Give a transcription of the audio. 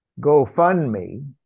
GoFundMe